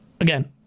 again